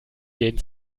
gehen